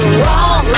wrong